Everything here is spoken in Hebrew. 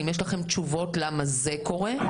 האם יש לכם תשובות למה זה קורה?